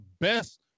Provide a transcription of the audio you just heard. best